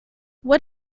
what